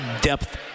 depth